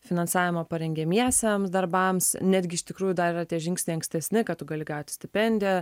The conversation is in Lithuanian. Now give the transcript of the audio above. finansavimą parengiamiesiems darbams netgi iš tikrųjų dar yra tie žingsniai ankstesni kad tu gali gauti stipendiją